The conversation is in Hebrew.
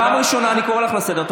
פעם ראשונה, אני קורא אותך לסדר.